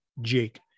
Jake